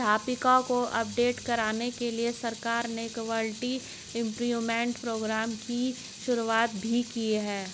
अध्यापकों को अपडेट करने के लिए सरकार ने क्वालिटी इम्प्रूव्मन्ट प्रोग्राम की शुरुआत भी की है